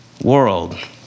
world